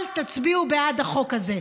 אל תצביעו בעד החוק הזה,